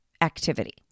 activity